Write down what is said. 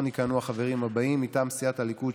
יכהנו החברים הבאים: מטעם סיעת הליכוד,